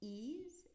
ease